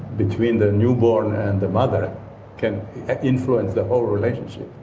between the newborn and the mother can influence the whole relationship.